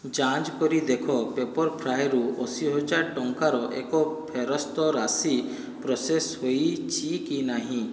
ଯାଞ୍ଚ୍ କରି ଦେଖ ପେପର୍ଫ୍ରାଏରୁ ଅଶୀହଜାର ଟଙ୍କାର ଏକ ଫେରସ୍ତ ରାଶି ପ୍ରୋସେସ୍ ହୋଇଛି କି ନାହିଁ